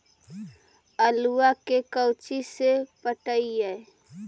आलुआ के कोचि से पटाइए?